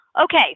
Okay